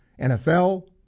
NFL